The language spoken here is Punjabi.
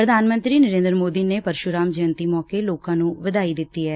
ਪ੍ਰਧਾਨ ਮੰਤਰੀ ਨਰੇਂਦਰ ਮੋਦੀ ਨੇ ਪਰਸੁਰਾਮ ਜੈਯੰਤੀ ਮੌਕੇ ਲੋਕਾਂ ਨੂੰ ਵਧਾਈ ਦਿੱਤੀ ਐ